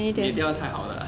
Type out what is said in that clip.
你的电话太好了啊